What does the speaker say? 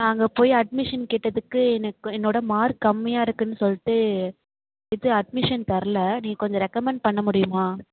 அங்கே போய் அட்மிஷன் கேட்டதுக்கு எனக்கு என்னோட மார்க் கம்மியாக இருக்குதுன்னு சொல்லிட்டு இது அட்மிஷன் தரலை நீங்கள் கொஞ்சம் ரெக்கமண்ட் பண்ண முடியுமா